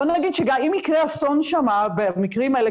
בוא נגיד שאם יקרה אסון שם במקרים האלה,